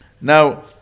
Now